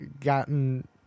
gotten